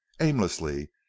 aimlessly